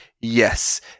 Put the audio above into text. yes